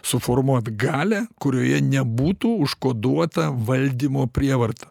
suformuot galią kurioje nebūtų užkoduota valdymo prievarta